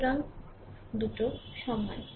সুতরাং 2 টো সমান